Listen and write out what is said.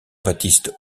baptiste